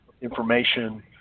information